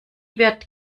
wird